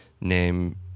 name